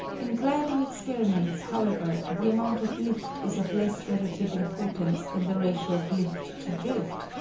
in gliding experiments, however, the amount of lift is of less relative importance than the ratio of lift to drift,